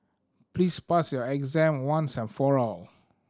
please pass your exam once and for all